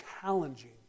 challenging